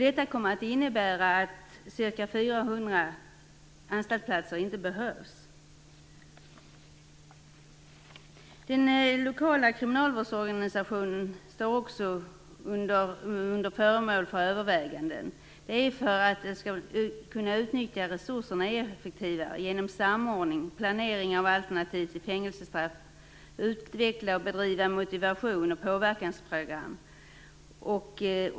Detta kommer att innebära att ca 400 anstaltsplatser inte behövs. Den lokala kriminalvårdsorganisationen är också föremål för överväganden; detta för att man skall kunna utnyttja resurserna effektivare genom samordning och planering av alternativ till fängelsestraff samt genom att utveckla och bedriva motivations och påverkansprogram.